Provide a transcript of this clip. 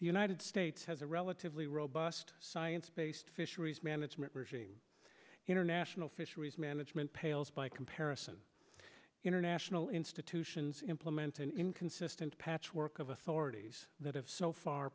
the united states has a relatively robust science based fisheries management regime international fisheries management pales by comparison international institutions implemented inconsistent patchwork of authorities that have so far